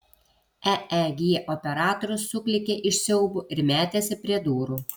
eeg operatorius suklykė iš siaubo ir metėsi prie durų